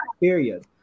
period